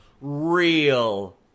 real